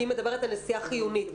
כי היא מדברת על נסיעה חיונית.